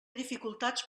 dificultats